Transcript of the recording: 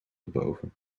erboven